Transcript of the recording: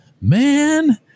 man